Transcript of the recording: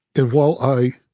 and while i